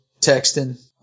texting